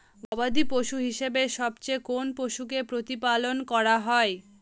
গবাদী পশু হিসেবে সবচেয়ে কোন পশুকে প্রতিপালন করা হয়?